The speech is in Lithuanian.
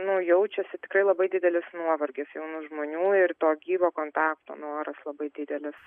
nu jaučiasi tikrai labai didelis nuovargis jaunų žmonių ir to gyvo kontakto noras labai didelis